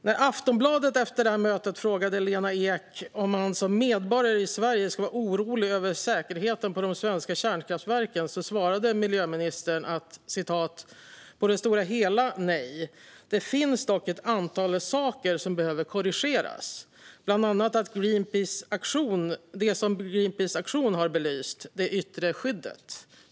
När Aftonbladet efter detta möte frågade Lena Ek om man som medborgare i Sverige skulle vara orolig över säkerheten på de svenska kärnkraftverken svarade miljöministern: "På det stora hela, nej. Det finns dock ett antal saker som behöver korrigeras. Bland annat det som Greenpeace aktion har belyst, det yttre skyddet."